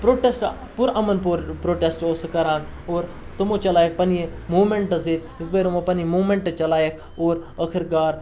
protest پُر یِمن پرٛوٹٮ۪سٹہٕ اوس سُہ کَران اور تمو چَلایَکھ پنٛنہِ موٗمینٛٹٕز ییٚتہِ یِژ پھِر یِمو پںٕنۍ موٗمینٛٹہٕ چَلایَکھ اور ٲخر کار